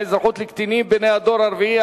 אזרחות לקטינים בני הדור הרביעי),